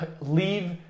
leave